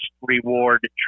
reward